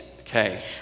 okay